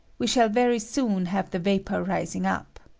we shall very soon have the vapor rising up.